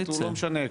לא משנה,